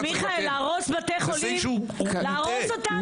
אבל מיכאל, להרוס בתי חולים, להרוס אותם?